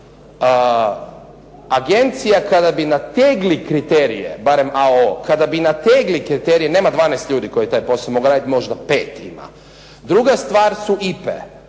Agencija kada bi nategli kriterije, barem AO, kada bi nategli kriterije nema 12 ljudi koji taj posao mogu raditi, možda pet ima. Druga stvar su IPA-e.